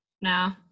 No